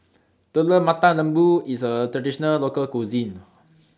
Telur Mata Lembu IS A Traditional Local Cuisine